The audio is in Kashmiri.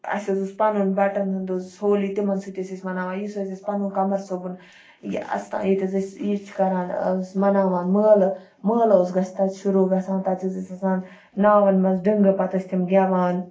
اَسہِ حظ اوس پَنُن بَٹَن ہُنٛد حظ ہولی تِمَن سۭتۍ ٲسۍ أسۍ مَناوان یُس حظ اَسہِ پَنُن قَمر صٲبُن یہِ اَستان ییٚتہِ حظ أسۍ یہِ چھِ کَران مَناوان مٲلہٕ مٲلہٕ اوس تَتہِ شُروع گَژھان تتہٕ حظ ٲسۍ آسان ناوَن مَنٛز ڈٕنٛگہٕ پَتہٕ ٲسۍ تِم گیٚوان